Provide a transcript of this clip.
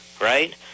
right